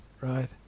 right